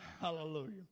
Hallelujah